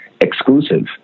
exclusive